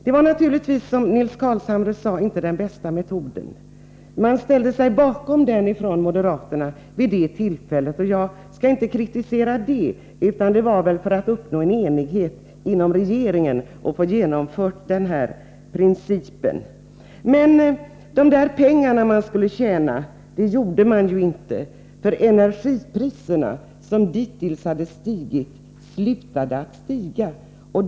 Det var naturligtvis, som Nils Carlshamre sade, inte den bästa metoden. Moderaterna ställde sig bakom den vid detta tillfälle, och jag skall inte kritisera det — det var väl för att uppnå enighet inom regeringen och få denna princip genomförd. Man tjänade inte de pengar som man hade trott, för energipriserna, som dittills hade stigit, slutade att stiga.